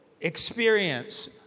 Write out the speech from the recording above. experience